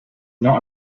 not